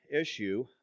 issue